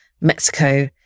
Mexico